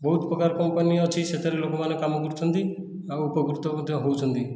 ବହୁତ ପ୍ରକାର କମ୍ପାନୀ ଅଛି ସେଥିରେ ଲୋକମାନେ କାମ କରୁଛନ୍ତି ଆଉ ଉପକୃତ ମଧ୍ୟ ହେଉଛନ୍ତି